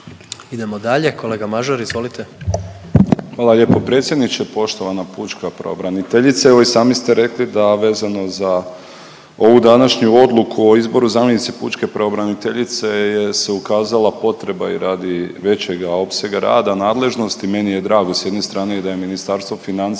Idemo dalje, kolega Mažar izvolite. **Mažar, Nikola (HDZ)** Hvala lijepo predsjedniče. Poštovana pučka pravobraniteljice, evo i sami ste rekli da vezano za ovu današnju odluku o izboru zamjenice pučke pravobraniteljice je se ukazala potreba i radi većega opsega rada nadležnosti. Meni je drago s jedne strane i da je Ministarstvo financija